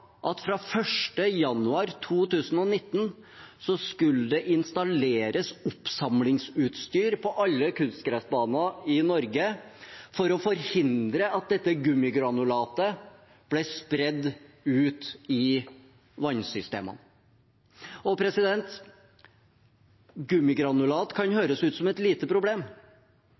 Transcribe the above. at fra 1. januar 2019 skulle det installeres oppsamlingsutstyr på alle kunstgressbaner i Norge, for å forhindre at dette gummigranulatet ble spredd ut i vannsystemene. Gummigranulat kan høres ut som et lite problem,